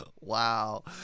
Wow